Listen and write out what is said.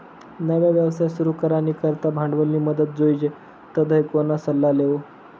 नवा व्यवसाय सुरू करानी करता भांडवलनी मदत जोइजे तधय कोणा सल्ला लेवो